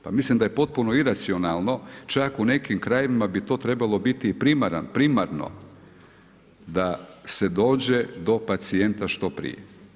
Pa mislim da je potpuno iracionalno čak u nekim krajevima bi to trebalo biti primarno da se dođe do pacijenta što prije.